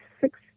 six